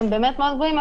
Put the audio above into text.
שהם באמת מאוד גבוהים,